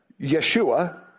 Yeshua